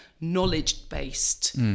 knowledge-based